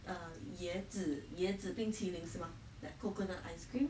err 椰子椰子冰淇淋是吗 like coconut ice cream